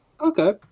Okay